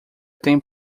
tem